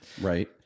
Right